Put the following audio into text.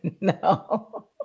No